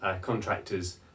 contractors